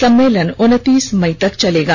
सम्मेलन उनतीस मई तक चलेगा